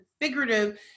figurative